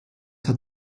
hat